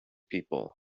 people